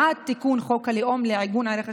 בעד תיקון חוק הלאום לעיגון ערך השוויון?